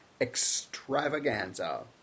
Extravaganza